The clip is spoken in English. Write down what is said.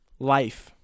life